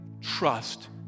trust